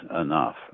enough